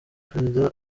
perezida